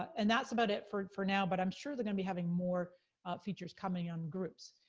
and that's about it for it for now, but i'm sure they're gonna be having more features coming on groups.